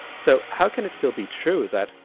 so how can it still be true, that,